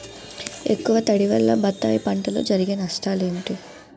ఎక్కువ తడి వల్ల బత్తాయి పంటలో జరిగే నష్టాలేంటి?